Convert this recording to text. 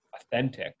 authentic